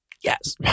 Yes